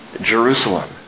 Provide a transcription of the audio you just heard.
Jerusalem